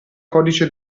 codice